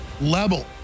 level